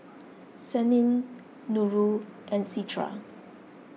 Senin Nurul and Citra